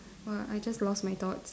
!wah! I just lost my thoughts